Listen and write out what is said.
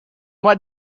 what